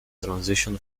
transition